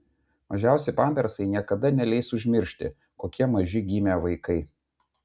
mažiausi pampersai niekada neleis užmiršti kokie maži gimė vaikai